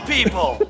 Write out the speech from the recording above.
People